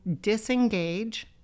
disengage